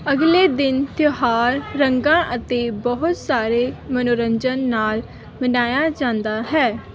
ਅਗਲੇ ਦਿਨ ਤਿਉਹਾਰ ਰੰਗਾਂ ਅਤੇ ਬਹੁਤ ਸਾਰੇ ਮਨੋਰੰਜਨ ਨਾਲ ਮਨਾਇਆ ਜਾਂਦਾ ਹੈ